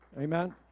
Amen